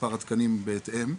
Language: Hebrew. מספר התקנים הוא בהתאם.